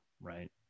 Right